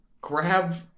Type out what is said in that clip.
grab